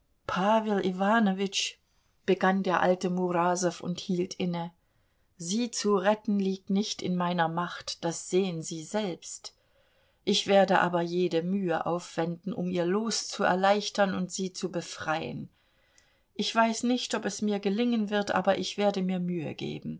begann der alte murasow und hielt inne sie zu retten liegt nicht in meiner macht das sehen sie selbst ich werde aber jede mühe aufwenden um ihr los zu erleichtern und sie zu befreien ich weiß nicht ob es mir gelingen wird aber ich werde mir mühe geben